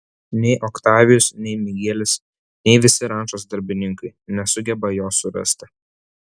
nei oktavijus nei migelis nei visi rančos darbininkai nesugeba jos surasti